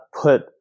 put